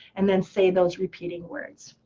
and then say those repeating words.